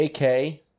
AK